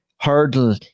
hurdle